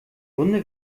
wunde